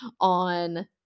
on